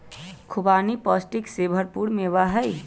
खुबानी पौष्टिक से भरपूर मेवा हई